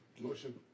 Motion